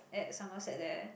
at Somerset there